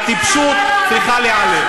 והטיפשות צריכות להיעלם.